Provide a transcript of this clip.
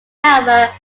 however